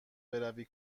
بروی